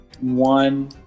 One